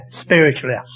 spiritually